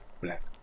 black